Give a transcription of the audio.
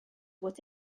voit